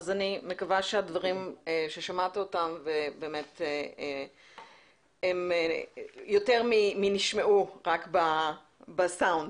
אני מקווה שהדברים ששמעת הם יותר מאשר נשמעו רק בסאונד.